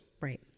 Right